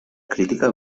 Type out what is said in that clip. crítica